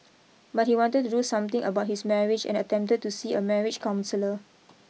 but he had wanted to do something about his marriage and attempted to see a marriage counsellor